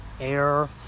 air